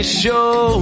show